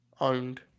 owned